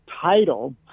title